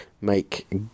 make